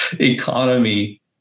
economy